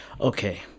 okay